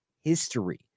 history